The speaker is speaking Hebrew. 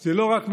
זה לא רק מלפפון,